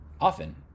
Often